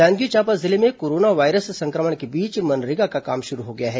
जांजगीर चांपा जिले में corona virus संक्रमण के बीच मनरेगा का काम शुरू हो गया है